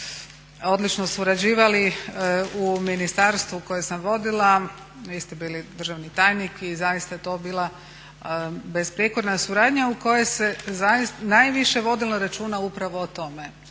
odlično surađivali u ministarstvu koje sam vodila, vi ste bili državni tajnik i zaista je to bila besprijekorna suradnja u kojoj se najviše vodilo računa upravo o tome